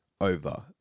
over